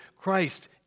Christ